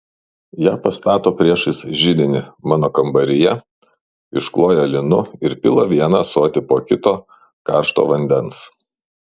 ją pastato priešais židinį mano kambaryje iškloja linu ir pila vieną ąsotį po kito karšto vandens